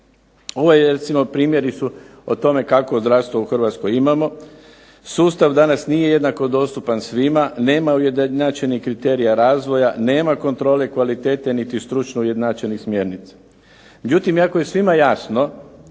primjeri su o tome kakvo zdravstvo u Hrvatskoj imamo. Sustav danas nije jednako dostupan svima, nema ujednačenih kriterija razvoja, nema kontrole kvalitete niti stručno ujednačenih smjernica. Međutim, iako je svima jasno